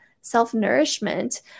self-nourishment